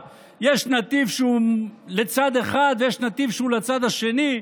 יש נתיב לצד אחד ויש נתיב לצד השני.